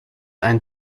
ein